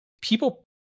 people